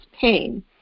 pain